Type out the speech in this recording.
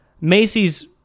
Macy's